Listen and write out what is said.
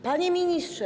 Panie Ministrze!